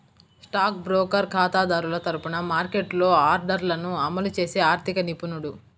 stock broker ఖాతాదారుల తరపున మార్కెట్లో ఆర్డర్లను అమలు చేసే ఆర్థిక నిపుణుడు